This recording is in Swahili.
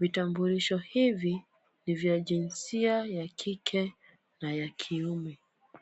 Vitambulisho hivi ni vya jinsia ya kike na ya kiume.